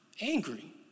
angry